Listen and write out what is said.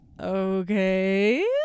Okay